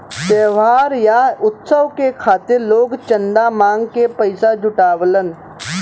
त्योहार या उत्सव के खातिर लोग चंदा मांग के पइसा जुटावलन